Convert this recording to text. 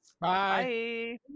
Bye